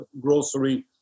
grocery